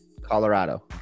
Colorado